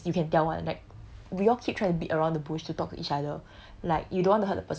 like and the thing is you can tell [one] like we all keep trying to beat around the bush to talk to each other